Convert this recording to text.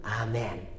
Amen